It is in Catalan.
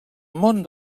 món